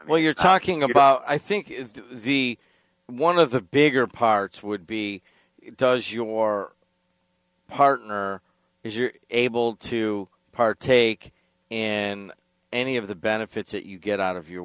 well you're talking about i think the one of the bigger parts would be does your partner if you're able to partake and any of the benefits that you get out of your